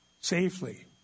safely